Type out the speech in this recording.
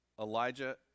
Elijah